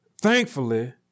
Thankfully